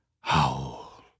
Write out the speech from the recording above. howl